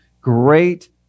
Great